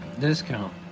discount